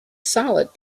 solid